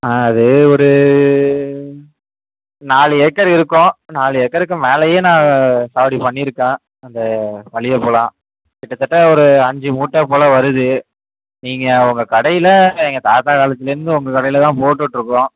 ஆ அது ஒரு நாலு ஏக்கர் இருக்கும் நாலு ஏக்கருக்கு மேலையும் நான் சாகுவடி பண்ணியிருக்கேன் அந்த மல்லிகைப்பூலாம் கிட்டத்தட்ட ஒரு அஞ்சு மூட்டை போல வருது நீங்கள் உங்கள் கடையில் எங்கள் தாத்தா காலத்திலேருந்து உங்கள் கடையில் தான் போட்டுகிட்ருக்குறோம்